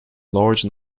large